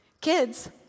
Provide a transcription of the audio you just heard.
Kids